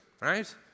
right